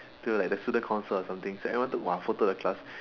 to like the student council or something so everyone took like one photo of the class